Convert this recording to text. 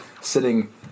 sitting